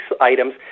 items